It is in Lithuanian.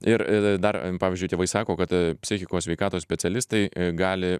ir dar pavyzdžiui tėvai sako kad psichikos sveikatos specialistai gali